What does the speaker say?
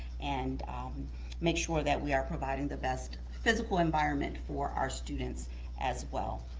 and make sure that we are providing the best physical environment for our students as well.